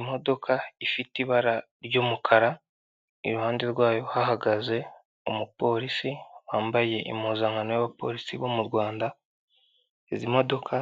Imodoka ifite ibara ry'umukara, iruhande rwayo hahagaze umupolisi wambaye impuzankano y'abapolisi bo mu Rwanda, izi modoka